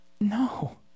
No